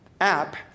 app